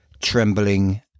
trembling